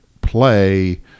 play